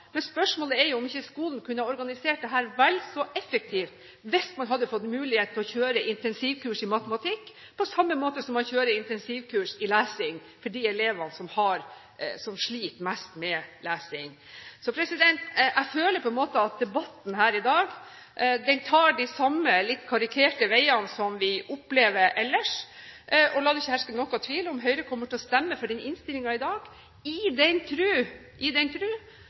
Men spørsmålet er om ikke skolen kunne ha organisert dette vel så effektivt hvis man hadde fått mulighet til å kjøre intensivkurs i matematikk, på samme måte som man kjører intensivkurs i lesing for de elevene som sliter mest med lesing. Jeg føler på en måte at debatten her i dag tar de samme litt karikerte veiene som vi opplever ellers. Men la det ikke herske noen tvil om at Høyre kommer til å stemme for innstillingen i dag i den tro – i den